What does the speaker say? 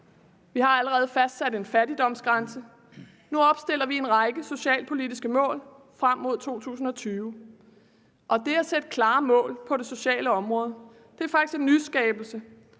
Vi har allerede fastsat en fattigdomsgrænse, nu opstiller vi en række socialpolitiske mål frem mod 2020. Og det at sætte klare mål på det sociale område er faktisk en nyskabelse.